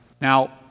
Now